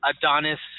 Adonis